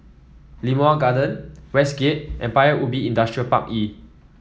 Limau Garden Westgate and Paya Ubi Industrial Park E